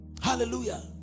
Hallelujah